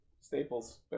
Staples